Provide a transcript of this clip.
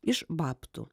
iš babtų